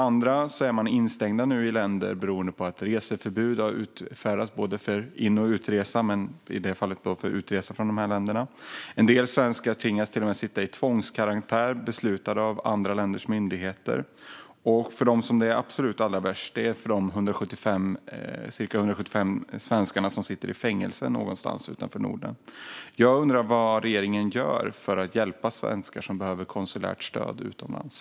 Andra är dock instängda i olika länder beroende på att reseförbud har utfärdats för både in och utresa - i detta fall gäller det utresa från länderna i fråga. En del svenskar tvingas till och med sitta i tvångskarantän efter beslut av andra länders myndigheter. Allra värst är det för de ca 175 svenskar som sitter i fängelse någonstans utanför Norden. Jag undrar vad regeringen gör för att hjälpa svenskar som behöver konsulärt stöd utomlands.